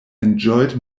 enjoyed